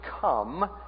come